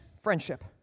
friendship